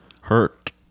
hurt